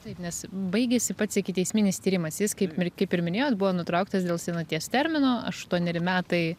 taip nes baigėsi pats ikiteisminis tyrimas jis kaip kaip ir minėjot buvo nutrauktas dėl senaties termino aštuoneri metai